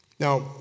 Now